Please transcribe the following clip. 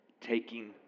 taking